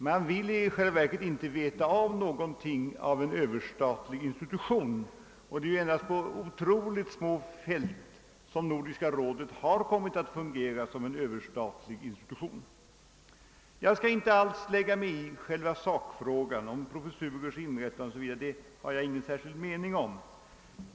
Man vill i själva verket inte veta av någon överstatlig institution, och det är endast på otroligt små fält som Nordiska rådet har kommit att fungera som en överstatlig institution. Jag skall inte alls lägga mig i själva sakfrågan, om professurers inrättande osv. — det har jag ingen mening om.